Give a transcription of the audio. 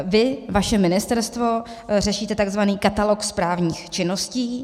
Vy, vaše ministerstvo, řešíte tzv. katalog správních činností.